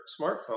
smartphone